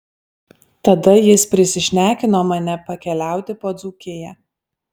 tada jis prisišnekino mane pakeliauti po dzūkiją